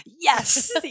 Yes